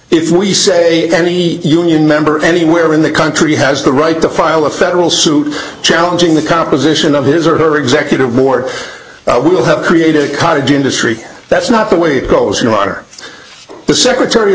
if we say any union member anywhere in the country has the right to file a federal suit challenging the composition of his or her executive board will have created a cottage industry that's not the way it goes your daughter the secretary of